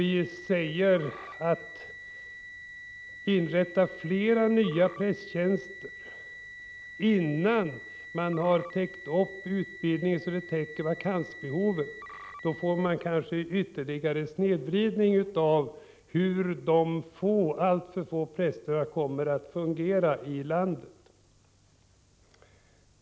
Vi säger: Inrätta fler nya prästtjänster innan utbildningen utökats så mycket att vakanserna täcks! Annars får man kanske en ytterligare snedvridning av bilden av hur de alltför fåtaliga prästerna kommer att fungera ute i landet.